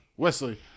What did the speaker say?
Wesley